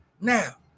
now